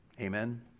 Amen